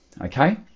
Okay